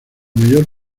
mayor